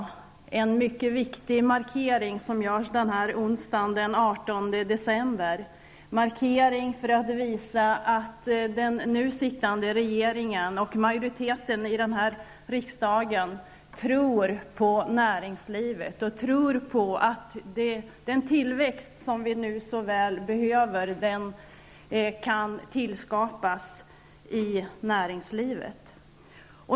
Det är en mycket viktig markering som görs den här onsdagen den 18 december för att visa att den nu sittande regeringen och majoriteten i denna kammare tror på näringslivet och på att den tillväxt som vi nu så väl behöver kan tillskapas i näringslivet.